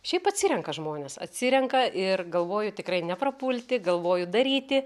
šiaip atsirenka žmonės atsirenka ir galvoju tikrai neprapulti galvoju daryti